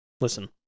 Listen